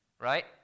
Right